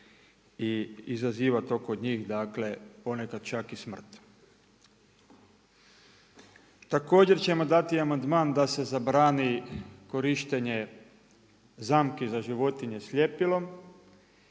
i izaziva to kod njih ponekad čak i smrt. Također ćemo dati amandman da se zabrani korištenje zamki za životinje s ljepilom